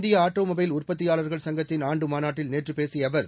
இந்திய ஆட்டோமொபைல் உற்பத்தியாளர்கள் சங்கத்தின் ஆண்டு மாநாட்டில் நேற்று பேசிய அவர்